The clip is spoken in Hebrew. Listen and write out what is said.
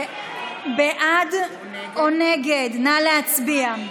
בעד או נגד, נא להצביע.